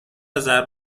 ضرب